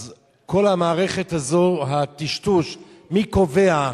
אז כל המערכת הזו, הטשטוש, מי קובע,